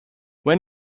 when